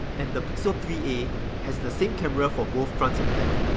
and the pixel three a has the same camera for both front and back,